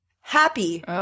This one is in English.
Happy